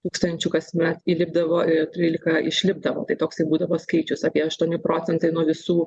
tūkstančių kasmet įlipdavo ir trylika išlipdavo tai toksai būdavo skaičius apie aštuoni procentai nuo visų